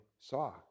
saw